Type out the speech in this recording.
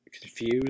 confused